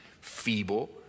feeble